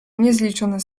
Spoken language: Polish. niezliczone